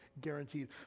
guaranteed